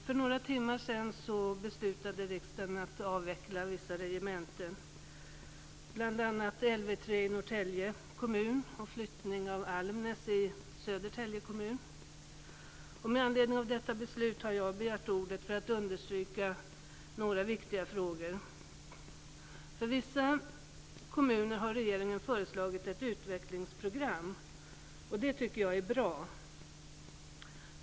För några timmar sedan beslutade riksdagen att avveckla vissa regementen, bl.a. LV 3 i Södertälje kommun. Med anledning av detta beslut har jag begärt ordet för att understryka några viktiga frågor. För vissa kommuner har regeringen föreslagit ett utvecklingsprogram, det tycker jag är bra.